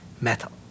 metal